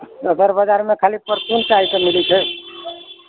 सदर बाजारमे खाली परचुनके आइटम मिलै छै